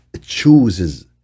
chooses